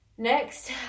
Next